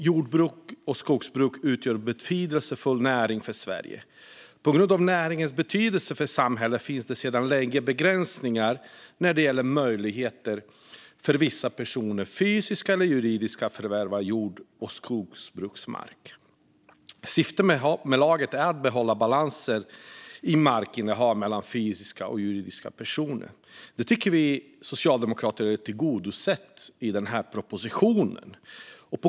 Jordbruk och skogsbruk är betydelsefulla näringar i Sverige. På grund av deras betydelse för samhället finns sedan länge begränsningar av möjligheterna för vissa personer - fysiska och juridiska - att förvärva mark för jordbruk och skogsbruk. Syftet med lagen är att behålla balansen i markinnehav mellan fysiska och juridiska personer. Det tycker vi socialdemokrater är tillgodosett i den här propositionen.